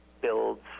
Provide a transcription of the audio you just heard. builds